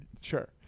sure